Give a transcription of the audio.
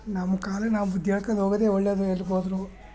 ನಮ್ಮ ಕಾಲು ನಾವು ಬುದ್ಧಿ ಹೇಳ್ಕೊಂಡು ಹೋಗೋದೆ ಒಳ್ಳೆಯದು ಎಲ್ಗೆ ಹೋದ್ರು